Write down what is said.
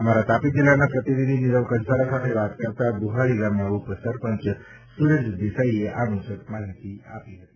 અમારા તાપી જિલ્લાના પ્રતિનિધિ નીરવ કંસારા સાથે વાત કરતા બુહારી ગામના ઉપસરપંચ સુરજ દેસાઇએ આ મુજબ માહિતી આપી હતી